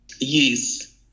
yes